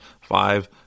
five